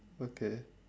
okay